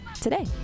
today